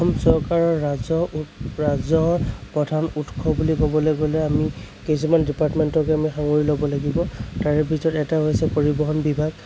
অসম চৰকাৰৰ ৰাজহ ৰাজহৰ প্ৰধান উৎস বুলি কবলৈ গ'লে আমি কিছুমান ডিপাৰ্টমেণ্টক আমি সাঙুৰি ল'ব লাগিব তাৰে ভিতৰত এটা হৈছে পৰিবহণ বিভাগ